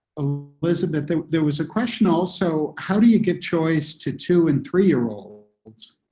elizabeth, there was a question also, how do you give choice to two and three year olds?